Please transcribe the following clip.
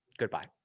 Goodbye